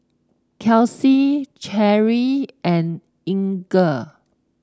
Kelsi Cherrie and Inger